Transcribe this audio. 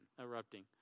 erupting